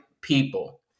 people